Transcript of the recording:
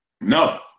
No